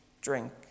drink